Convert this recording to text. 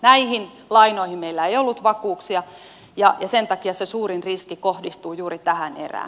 näihin lainoihin meillä ei ollut vakuuksia ja sen takia suurin riski kohdistuu juuri tähän erään